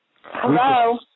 Hello